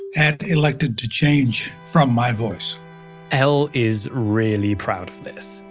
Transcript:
had elected to change from my voice el is really proud of this,